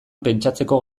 pentsatzeko